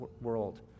world